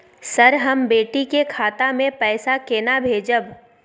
Sir, हम बेटी के खाता मे पैसा केना भेजब?